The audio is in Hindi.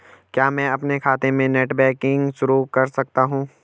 क्या मैं अपने खाते में नेट बैंकिंग शुरू कर सकता हूँ?